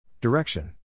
Direction